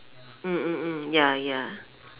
mm mm mm ya ya